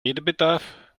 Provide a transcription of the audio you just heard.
redebedarf